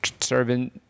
serving